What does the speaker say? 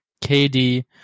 KD